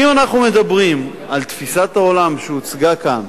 אם אנחנו מדברים על תפיסת עולם שהוצגה כאן,